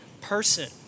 person